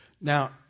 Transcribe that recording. Now